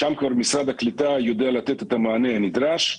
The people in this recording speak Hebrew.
שם כבר משרד הקליטה יודע לתת את המענה הנדרש.